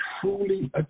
truly